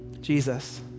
Jesus